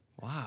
Wow